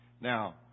Now